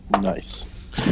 Nice